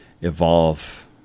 evolve